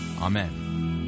Amen